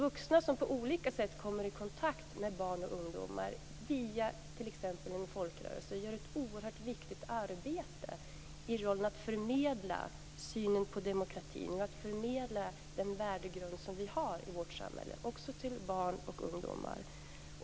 Vuxna som på olika sätt kommer i kontakt med barn och ungdomar via t.ex. en folkrörelse gör ett oerhört viktigt arbete i rollen att förmedla synen på demokratin och att förmedla den värdegrund som vi har i vårt samhälle också till barn och ungdomar.